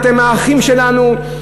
אתם האחים שלנו,